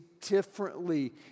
differently